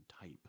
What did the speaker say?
type